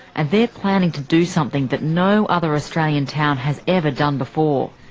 and they're planning to do something that no other australian town has ever done before.